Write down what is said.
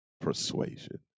persuasion